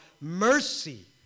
mercy